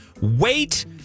wait